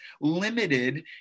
limited